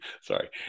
sorry